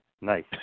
Nice